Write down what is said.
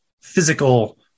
physical